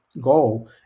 goal